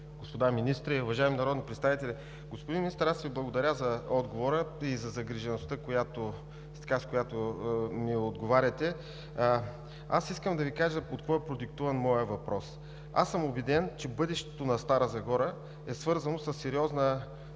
господа министри, уважаеми народни представители! Господин Министър, аз Ви благодаря за отговора и за загрижеността, с която ми отговаряте. Искам да Ви кажа от какво е продиктуван моят въпрос. Убеден съм, че бъдещето на Стара Загора е свързано със сериозна